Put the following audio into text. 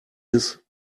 ist